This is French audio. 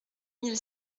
mille